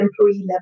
employee